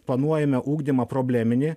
planuojame ugdymą probleminį